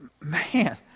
Man